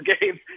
games